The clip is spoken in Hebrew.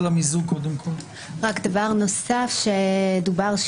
דבר נוסף שדובר,